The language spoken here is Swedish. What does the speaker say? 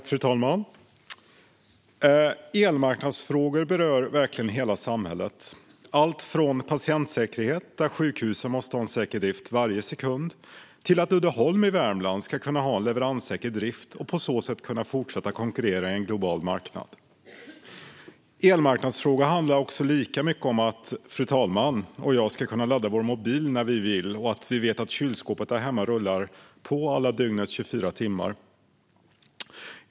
Fru talman! Elmarknadsfrågor berör verkligen hela samhället. Det handlar om allt från patientsäkerhet, där sjukhusen måste ha en säker drift varje sekund, till att Uddeholm i Värmland ska kunna ha en leveranssäker drift och på sätt kunna fortsätta konkurrera på en global marknad. Elmarknadsfrågor handlar lika mycket om att fru talmannen och jag ska kunna ladda våra mobiler när vi vill och om att vi vet att våra kylskåp där hemma rullar på under alla dygnets 24 timmar.